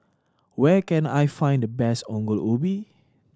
where can I find the best Ongol Ubi